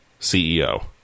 CEO